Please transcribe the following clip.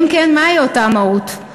ואם כן, מהי אותה מהות?